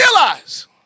realize